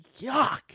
Yuck